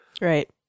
Right